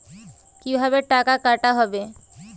কিভাবে টাকা কাটা হবে?